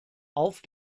auf